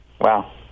Wow